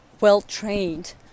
well-trained